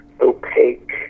opaque